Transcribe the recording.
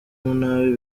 umunabi